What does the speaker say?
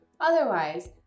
Otherwise